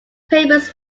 payments